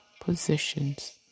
positions